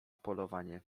polowanie